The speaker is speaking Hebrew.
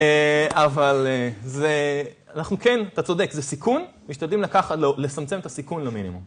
אבל זה, אנחנו כן, אתה צודק, זה סיכון משתדלים לקחת, לצמצם את הסיכון למינימום.